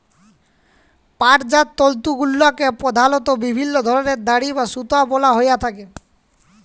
পাটজাত তলতুগুলাল্লে পধালত বিভিল্ল্য ধরলের দড়ি বা সুতা বলা হ্যঁয়ে থ্যাকে